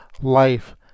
Life